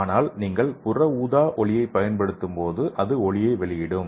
ஆனால் நீங்கள் UV ஒளியைப் பயன்படுத்தும்போது அது ஒளியை வெளியிடும்